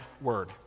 word